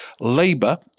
Labour